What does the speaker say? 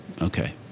okay